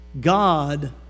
God